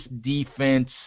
defense